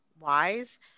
wise